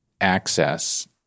access